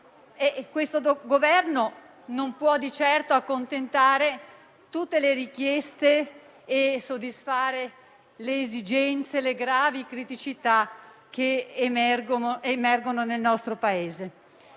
Questo Governo non può di certo accontentare tutte le richieste e soddisfare le esigenze e le gravi criticità che emergono nel nostro Paese.